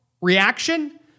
reaction